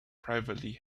privately